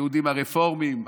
היהודים הרפורמיים,